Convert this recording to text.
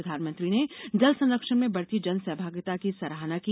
प्रधानमंत्री ने जल संरक्षण में बढ़ती जनसहभागिता की सराहना की